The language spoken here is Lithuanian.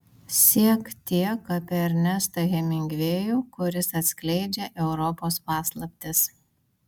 siek tiek apie ernestą hemingvėjų kuris atskleidžia europos paslaptis